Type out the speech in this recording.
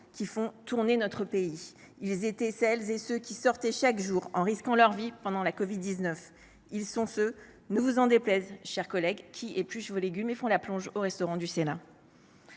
qui font tourner notre pays. Ils étaient celles et ceux qui sortaient chaque jour en risquant leur vie pendant la covid 19. Ne vous en déplaise, mes chers collègues, ils sont ceux qui épluchent vos légumes et font la plonge au restaurant du Sénat.